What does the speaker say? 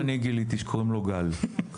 גם אני גיליתי שקוראים לו גל.